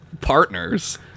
partners